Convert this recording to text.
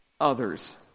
others